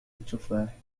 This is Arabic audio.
التفاح